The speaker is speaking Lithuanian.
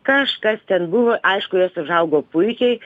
kažkas ten buvo aišku jos užaugo puikiai